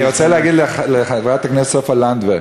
אני רוצה להגיד לחברת הכנסת סופה לנדבר,